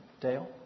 Dale